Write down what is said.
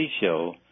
show